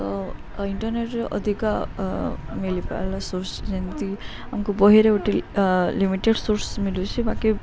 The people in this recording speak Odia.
ତ ଇଣ୍ଟରନେଟରେେ ଅଧିକା ମଳିିପାରଲା ସୋର୍ସ ଯେମିତି ଆମକୁ ବହିରେ ଗୋଟେ ଲିମିଟେଡ଼ ସୋର୍ସ ମିଲୁଛି ବାକି